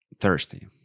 thirsty